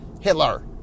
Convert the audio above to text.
Hitler